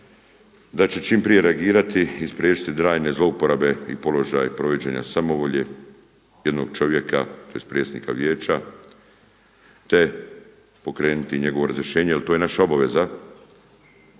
da će čim prije reagirati i spriječiti trajne zlouporabe i položaj provođenja samovolje jednog čovjeka, tj. predsjednika Vijeća te pokrenuti njegovo razrješenje jer to je naša obaveza.